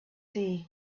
tea